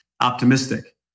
optimistic